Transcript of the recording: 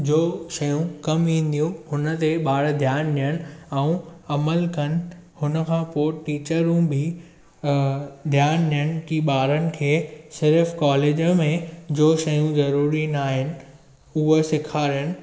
जो शयूं कमु ईंदियूं हुन ते ॿार ध्यानु ॾियनि ऐं अमल कनि हुनखां पोइ टीचरूं बि ध्यानु ॾियनि की ॿारनि खे सिर्फ़ु कॉलेज में जो शयूं ज़रूरी न आहिनि उहा सेखारिनि